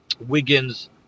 Wiggins